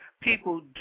people